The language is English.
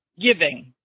giving